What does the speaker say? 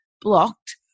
blocked